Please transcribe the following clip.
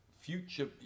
future